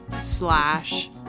slash